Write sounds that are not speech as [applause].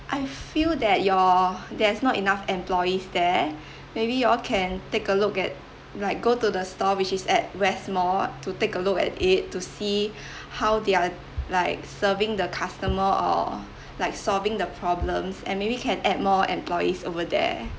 I feel that your there's not enough employees there maybe you all can take a look at like go to the store which is at west mall to take a look at it to see [breath] how they're like serving the customer or like solving the problems and maybe can add more employees over there